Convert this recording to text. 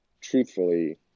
truthfully